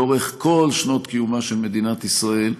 לאורך כל שנות קיומה של מדינת ישראל,